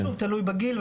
שוב, תלוי בגיל,